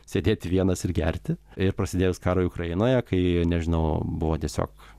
sėdėti vienas ir gerti ir prasidėjus karui ukrainoje kai nežinau buvo tiesiog